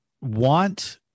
want